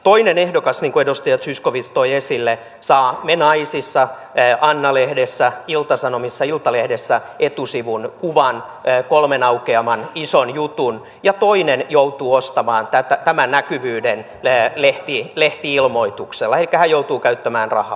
toinen ehdokas niin kuin edustaja zyskowicz toi esille saa me naisissa anna lehdessä ilta sanomissa iltalehdessä etusivun kuvan kolmen aukeaman ison jutun ja toinen joutuu ostamaan tämän näkyvyyden lehti ilmoituksella elikkä hän joutuu käyttämään rahaa